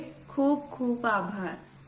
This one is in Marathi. आपले खूप खूप आभार